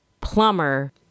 plumber